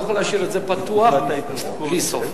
אני לא יכול להשאיר את זה פתוח בלי סוף.